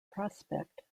prospect